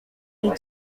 need